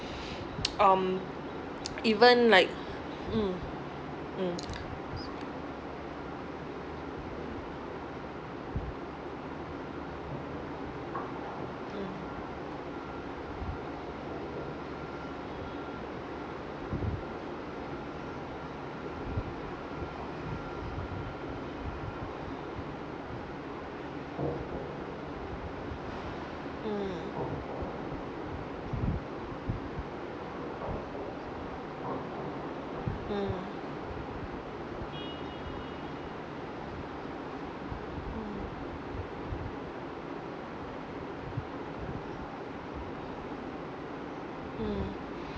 um even like mm mm mm mm mm